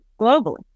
globally